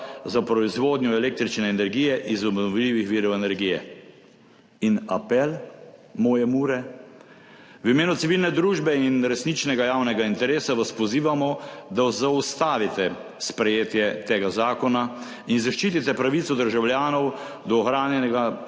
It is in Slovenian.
za proizvodnjo električne energije iz obnovljivih virov energije«. In apel moje Mure: »V imenu civilne družbe in resničnega javnega interesa vas pozivamo, da zaustavite sprejetje tega zakona in zaščitite pravico državljanov do ohranjenega,